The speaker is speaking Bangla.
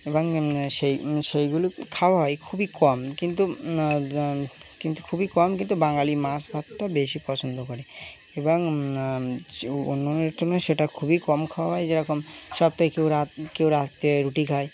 এবং সেই সেইগুলি খাওয়া হয় খুবই কম কিন্তু কিন্তু খুবই কম কিন্তু বাঙালি মাাস ভাতটা বেশি পছন্দ করে এবং অন্যতমে সেটা খুবই কম খাওয়া হয় যেরকম সপ্তাহ কেউ কেউ রাত্রে রুটি খায়